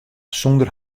sonder